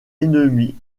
ennemies